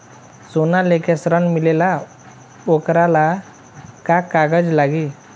सोना लेके ऋण मिलेला वोकरा ला का कागज लागी?